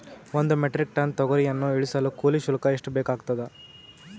ಒಂದು metric tonne ತೊಗರಿಯನ್ನು ಇಳಿಸಲು ಕೂಲಿ ಶುಲ್ಕ ಎಷ್ಟು ಬೇಕಾಗತದಾ?